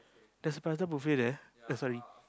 there's a prata buffet there eh sorry